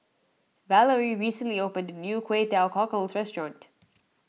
Valarie recently opened a new Kway Teow Cockles restaurant